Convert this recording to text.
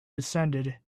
descended